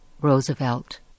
Roosevelt